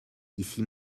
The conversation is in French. ici